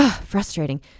Frustrating